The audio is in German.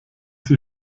sie